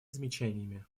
замечаниями